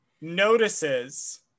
notices